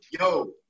yo